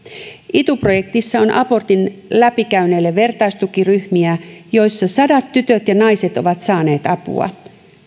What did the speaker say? ituprojektissa on abortin läpikäyneille vertaistukiryhmiä joissa sadat tytöt ja naiset ovat saaneet apua